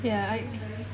ya I